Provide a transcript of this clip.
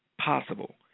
possible